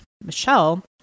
Michelle